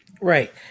Right